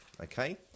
Okay